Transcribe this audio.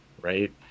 Right